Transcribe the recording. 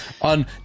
on